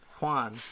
Juan